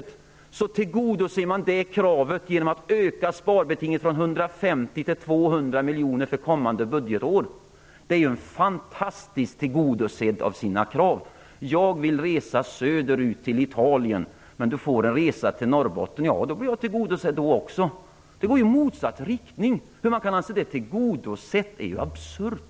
Det förslaget tillgodoses genom att man ökar sparbetinget från 150 Man tillgodoser förslaget på ett fantastiskt sätt. Det är samma sak som om jag skulle vilja ha en resa söderut till Italien men i stället får en resa till Norrbotten. Då blir jag också tillgodosedd. Det här går i motsatt riktning. Att man kan anse att man tillgodoser någon på detta sätt är absurbt.